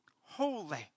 holy